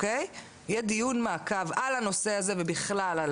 יהיה דיון מעקב על הנושא הזה ובכלל על